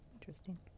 Interesting